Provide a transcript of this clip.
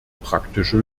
praktische